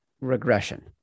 regression